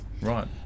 right